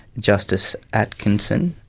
justice atkinson.